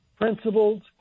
principles